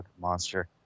monster